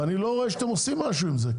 ואני לא רואה שאתם עושים משהו עם זה,